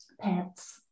pets